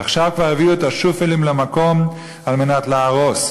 ועכשיו כבר הביאו את ה"שופלים" למקום כדי להרוס.